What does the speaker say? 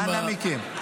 אנא מכם.